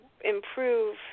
improve